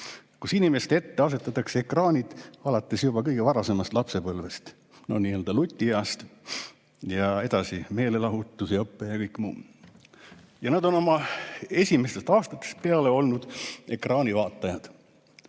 kus inimeste ette asetatakse ekraanid alates juba kõige varasemast lapsepõlvest, nii-öelda lutieast, edasi tuleb meelelahutus ja õpe ja kõik muu. Nad on oma esimestest aastatest peale olnud ekraanivaatajad.